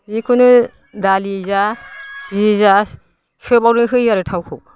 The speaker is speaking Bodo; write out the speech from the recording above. जेखुनु दालि जा जि जा सोबआवनो होयो आरो थावखौ